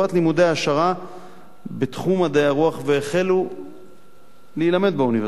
העשרה בתחום מדעי הרוח והחלו להילמד באוניברסיטאות: